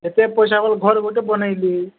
ଏତେ ପଇସା ଘର ଗୋଟେ ବନେଇଲି